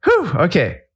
okay